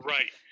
Right